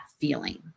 feeling